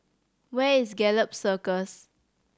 where is Gallop Circus